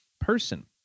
person